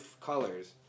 colors